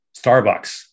Starbucks